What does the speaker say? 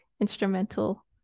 instrumental